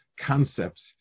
concepts